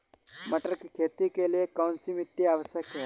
मटर की खेती के लिए कौन सी मिट्टी आवश्यक है?